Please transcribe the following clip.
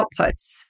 outputs